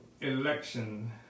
election